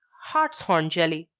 hartshorn jelly.